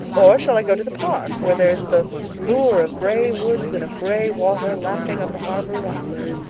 or shall i go to the park, where there is the lure of gray woods and of gray water lapping on the harbor rocks?